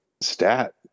stat